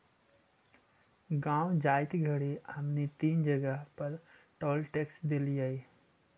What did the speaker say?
गाँव जाइत घड़ी हमनी तीन जगह पर टोल टैक्स देलिअई